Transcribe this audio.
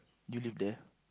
you live there